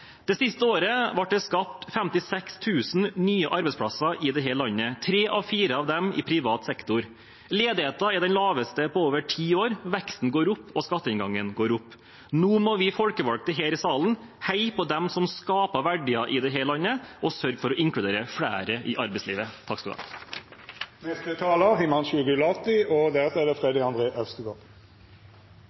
Det siste året ble det skapt 56 000 nye arbeidsplasser i dette landet, tre av fire i privat sektor. Ledigheten er den laveste på over ti år, veksten går opp, og skatteinngangen går opp. Nå må vi folkevalgte her i salen heie på dem som skaper verdier i dette landet, og sørge for å inkludere flere i arbeidslivet. Jeg vil begynne med å gratulere både landet og